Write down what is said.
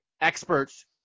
experts